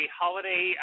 holiday